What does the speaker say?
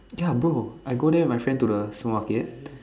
ya bro I go there with my friend to the supermarket